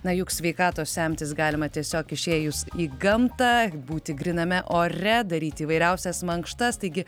na juk sveikatos semtis galima tiesiog išėjus į gamtą būti gryname ore daryti įvairiausias mankštas taigi